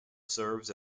serves